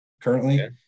currently